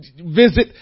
visit